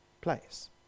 place